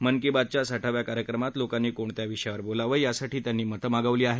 मन की बातच्या साठाव्या कार्यक्रमात लोकांनी कोणत्या विषयांवर बोलावं यासाठी त्यांनी लोकांकडून मतं मागवली आहेत